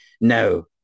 no